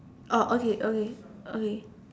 oh okay okay okay